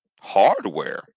Hardware